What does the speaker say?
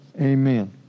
Amen